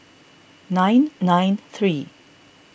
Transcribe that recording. nine nine three